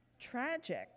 tragic